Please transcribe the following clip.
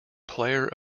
player